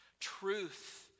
Truth